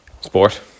Sport